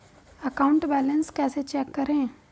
Account balance कैसे check करें?